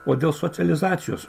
o dėl socializacijos